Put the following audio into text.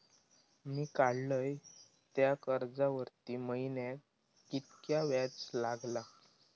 मी काडलय त्या कर्जावरती महिन्याक कीतक्या व्याज लागला?